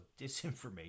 disinformation